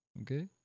Okay